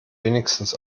wenigstens